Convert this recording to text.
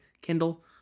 Kindle